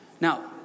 Now